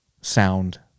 sound